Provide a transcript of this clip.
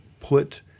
put